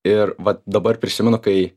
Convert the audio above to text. ir va dabar prisimenu kai